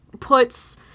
puts